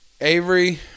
Avery